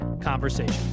conversation